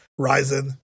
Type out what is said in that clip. Ryzen